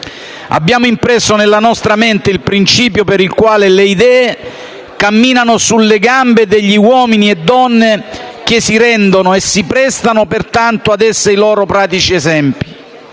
Abbiamo impresso nella nostra mente il principio per il quale le idee camminano sulle gambe degli uomini e delle donne che si rendono e si prestano ad essere i loro pratici esempi.